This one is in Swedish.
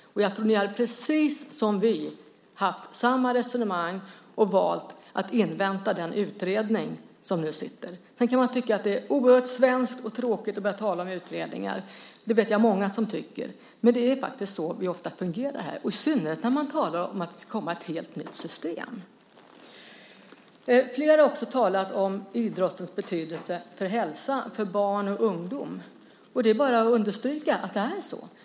Jag tror att ni skulle ha haft precis samma resonemang som vi och ha valt att invänta sittande utredning. Sedan kan man tycka att det är oerhört svenskt och tråkigt - jag vet att det är många som tycker det - att börja tala om utredningar. Men det är så vi ofta fungerar här i synnerhet när det talas om att det ska komma ett helt nytt system. Flera har också talat om idrottens betydelse för hälsan hos barn och ungdomar. Det är bara att understryka att det är så.